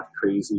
crazy